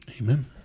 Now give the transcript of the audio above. amen